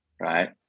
right